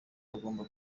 bagomba